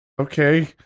okay